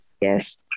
Yes